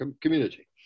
community